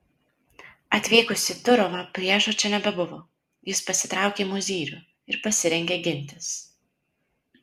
atvykus į turovą priešo čia nebebuvo jis pasitraukė į mozyrių ir pasirengė gintis